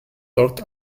dort